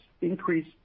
increase